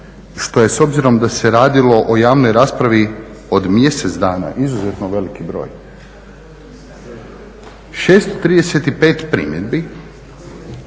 što je s obzirom da se radilo o javnoj raspravi od mjesec dana izuzetno velik broj. 635 primjedbi,